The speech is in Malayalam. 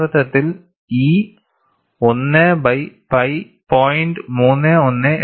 യഥാർത്ഥത്തിൽ ഈ 1 ബൈ പൈ 0